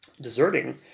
deserting